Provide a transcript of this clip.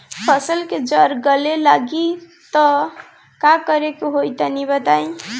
फसल के जड़ गले लागि त का करेके होई तनि बताई?